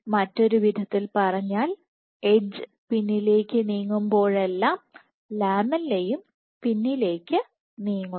മറ്റൊരു വിധത്തിൽ പറഞ്ഞാൽ എഡ്ജ് പിന്നിലേക്ക് നീങ്ങുമ്പോഴെല്ലാം ലാമെല്ലയും പിന്നിലേക്ക് നീങ്ങുന്നു